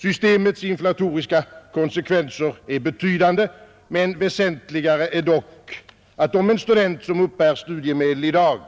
Systemets inflatoriska konsekvenser är betydande, men väsentligare är dock, att om en student som uppbär studiemedel i dag